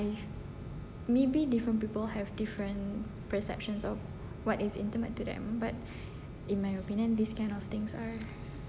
maybe different people have different perceptions of what is intimate to them but in my opinion this kind of things are